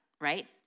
right